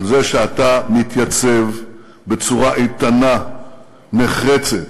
על זה שאתה מתייצב בצורה איתנה, נחרצת.